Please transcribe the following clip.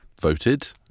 voted